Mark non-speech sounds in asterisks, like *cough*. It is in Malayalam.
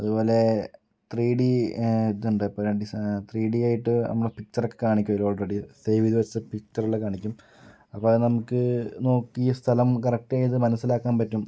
അതുപോലെ ത്രീഡി ഇതുണ്ട് ഇപ്പം *unintelligible* ത്രീഡിയായിട്ട് നമ്മൾ പിക്ചർ ഒക്കെ കാണിക്കും അവർ ആൾറെഡി സേവ് ചെയ്ത് വെച്ച പിക്ചർ എല്ലാം കാണിക്കും അപ്പം അത് നമുക്ക് നോക്കി സ്ഥലം കറക്റ്റ് ചെയ്ത് മനസിലാക്കാൻ പറ്റും